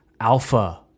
alpha